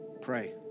Pray